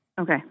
Okay